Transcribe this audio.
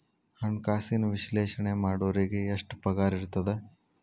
ಹಣ್ಕಾಸಿನ ವಿಶ್ಲೇಷಣೆ ಮಾಡೋರಿಗೆ ಎಷ್ಟ್ ಪಗಾರಿರ್ತದ?